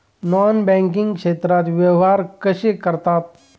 Non banking क्षेत्रात व्यवहार कसे करतात?